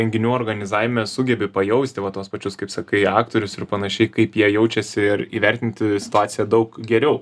renginių organizavime sugebi pajausti va tuos pačius kaip sakai aktorius ir panašiai kaip jie jaučiasi ir įvertinti situaciją daug geriau